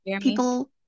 people